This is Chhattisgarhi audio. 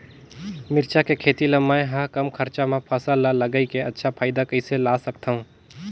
मिरचा के खेती ला मै ह कम खरचा मा फसल ला लगई के अच्छा फायदा कइसे ला सकथव?